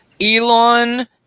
Elon